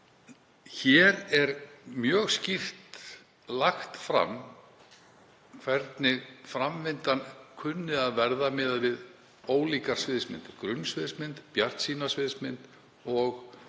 Hér er mjög skýrt lagt fram hvernig framvindan kunni að verða miðað við ólíkar sviðsmyndir; grunnsviðsmynd, bjartsýna sviðsmynd og svartari